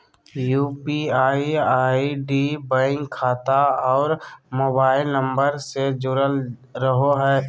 UPI ID bank खाता और mobile number से से जुरल रहो हइ